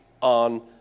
on